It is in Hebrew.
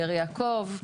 באר יעקב,